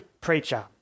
preacher